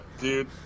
Dude